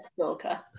stalker